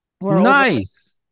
Nice